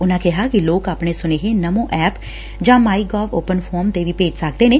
ਉਨਾ ਕਿਹਾ ਕਿ ਲੋਕ ਆਪਣੇ ਸੁਨੇਹੇ ਨਮੋ ਐਪ ਜਾਂ ਮਾਈ ਗੱਾਵ ਓਪਨ ਫੋਰਮ ਤੇ ਵੀ ਭੇਜ ਸਕਦੇ ਨੇ